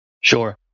Sure